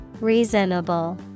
Reasonable